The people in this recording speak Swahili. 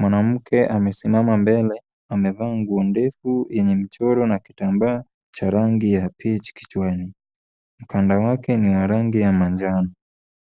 Mwanamke amesimama mbele amevaa nguo ndefu yenye mchoro na kitambaa cha rangi ya peach kichwani. Mkanda wake ni wa rangi ya manjano.